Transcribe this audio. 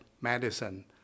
medicine